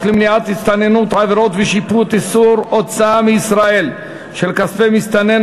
למניעת הסתננות (עבירות ושיפוט) (איסור הוצאה מישראל של כספי מסתנן,